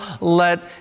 let